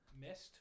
Mist